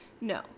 no